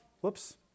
whoops